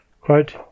Quote